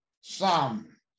psalm